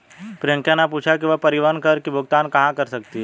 प्रियंका ने पूछा कि वह परिवहन कर की भुगतान कहाँ कर सकती है?